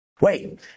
Wait